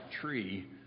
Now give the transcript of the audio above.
tree